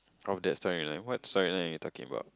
from that storyline what storyline are you talking about